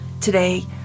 today